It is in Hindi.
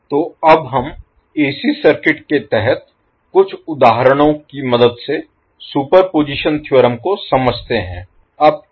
तो अब हम AC सर्किट के तहत कुछ उदाहरणों की मदद से सुपरपोज़िशन थ्योरम को समझते हैं